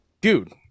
dude